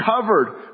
covered